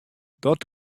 dat